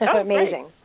amazing